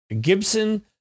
Gibson